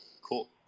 Cool